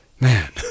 man